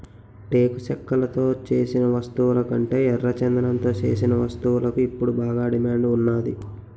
టేకు చెక్కతో సేసిన వస్తువులకంటే ఎర్రచందనంతో సేసిన వస్తువులకు ఇప్పుడు బాగా డిమాండ్ ఉన్నాది